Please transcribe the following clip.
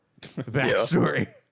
backstory